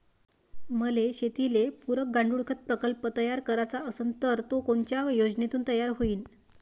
मले शेतीले पुरक गांडूळखत प्रकल्प तयार करायचा असन तर तो कोनच्या योजनेतून तयार होईन?